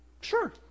Sure